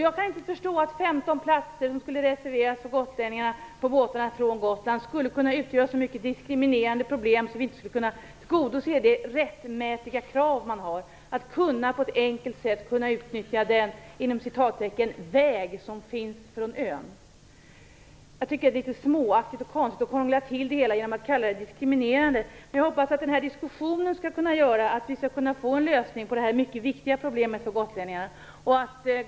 Jag kan inte förstå att en reservering av 15 platser för gotlänningarna på båtarna från Gotland skulle utgöra en så diskriminerande ordning att vi inte kan tillgodose detta rättmätiga krav från deras sida. På det sättet kan man enkelt utnyttja den "väg" som finns från ön. Jag tycker att det är småaktigt och konstigt att krångla till det genom att kalla detta diskriminerande. Jag hoppas att denna diskussion skall leda till att vi kan tillgodose detta mycket viktiga krav från gotlänningarna.